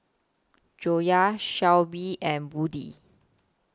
Joyah Shoaib and Budi